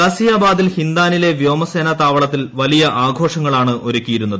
ഗാസിയാബാദിൽ ഹിന്ദാനിലെ വ്യോമസേന താവളത്തിൽ വലിയ ആഘോഷങ്ങളാണ് ഒരുക്കിയിരുന്നത്